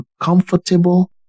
comfortable